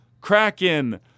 Kraken